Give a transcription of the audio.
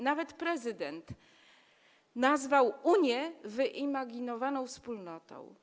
Nawet prezydent nazwał Unię wyimaginowaną wspólnotą.